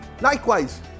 Likewise